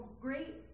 great